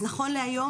אז נכון להיום,